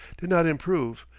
did not improve,